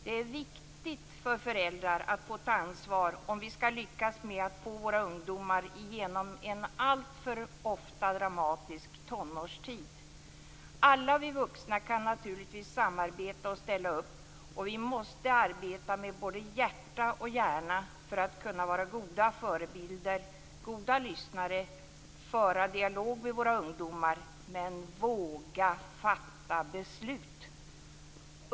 Det är viktigt för föräldrar att få ta ansvar, om vi skall lyckas med att få våra ungdomar igenom en alltför ofta dramatisk tonårstid. Alla vi vuxna kan naturligtvis samarbeta och ställa upp, och vi måste arbeta med både hjärta och hjärna för att kunna vara goda förebilder och goda lyssnare och för att föra dialog med våra ungdomar, men vi måste våga fatta beslut.